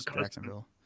Jacksonville